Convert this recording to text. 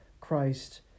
Christ